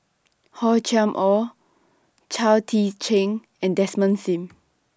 Hor Chim Or Chao Tzee Cheng and Desmond SIM